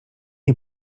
nie